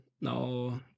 no